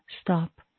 Stop